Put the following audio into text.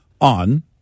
on